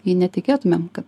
jei netikėtumėm kad